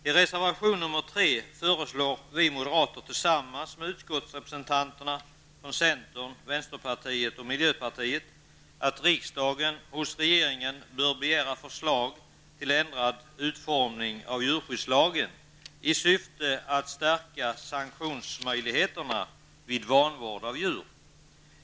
I reservation 3 föreslår vi moderater tillsammans med utskottsrepresentanterna för centern, vänsterpartiet och miljöpartiet att riksdagen hos regeringen begär förslag till ändrad utformning av djurskyddslagen i syfte att stärka sanktionsmöjligheterna vid vanvård av djur.